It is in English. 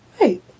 Right